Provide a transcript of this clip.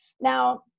Now